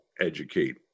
educate